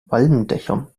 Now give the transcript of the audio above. walmdächern